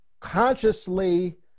consciously